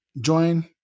Join